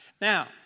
Now